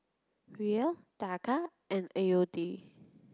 Riel Taka and A U D